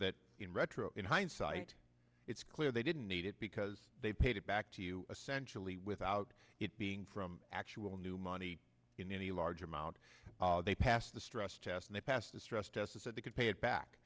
that in retro in hindsight it's clear they didn't need it because they paid it back to you essential e without it being from actual new money in any large amount they passed the stress test they passed the stress test said they could pay it back